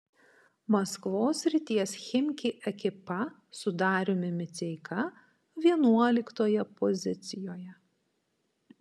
maskvos srities chimki ekipa su dariumi miceika vienuoliktoje pozicijoje